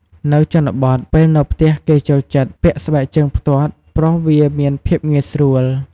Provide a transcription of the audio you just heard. នៅជនបទ ពេលនៅផ្ទះគេចូលចិត្តពាក់ស្បែកជើងផ្ទាត់ ព្រោះវាមានភាពងាយស្រួល។